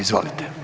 Izvolite.